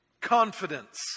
Confidence